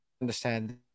understand